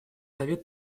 совет